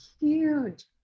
huge